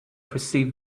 perceived